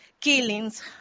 killings